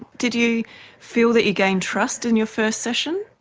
did you feel that you gained trust in your first session?